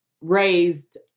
raised